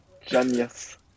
Genius